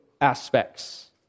aspects